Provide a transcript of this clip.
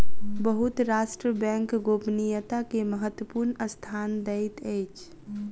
बहुत राष्ट्र बैंक गोपनीयता के महत्वपूर्ण स्थान दैत अछि